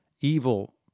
Evil